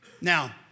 Now